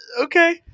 okay